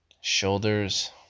Shoulders